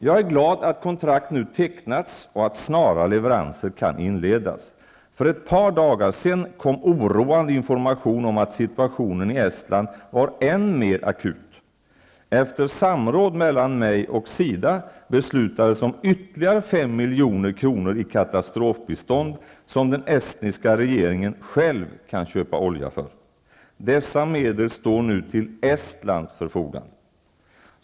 Jag är glad att kontrakt nu tecknats och att snara leveranser kan inledas. För ett par dagar sedan kom oroande information om att situationen i Estland var än mer akut. Efter samråd mellan mig och SIDA beslutades om ytterligare 5 milj.kr. i katastrofbistånd som den estniska regeringen själv kan köpa olja för. Dessa medel står nu till Estlands förfogande.